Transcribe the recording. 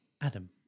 Adam